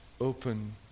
open